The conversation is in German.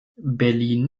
berlin